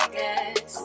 guess